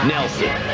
Nelson